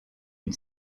une